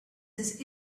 his